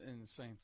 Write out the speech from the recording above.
insane